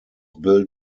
built